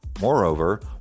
Moreover